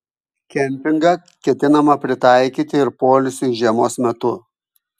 kempingą ketinama pritaikyti ir poilsiui žiemos metu